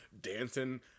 dancing